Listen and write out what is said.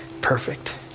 perfect